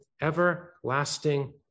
everlasting